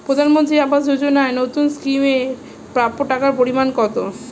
প্রধানমন্ত্রী আবাস যোজনায় নতুন স্কিম এর প্রাপ্য টাকার পরিমান কত?